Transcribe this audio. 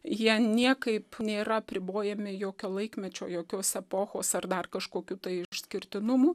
jie niekaip nėra apribojami jokio laikmečio jokios epochos ar dar kažkokių tai išskirtinumų